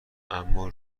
اما